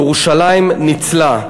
ירושלים ניצלה.